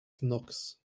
knox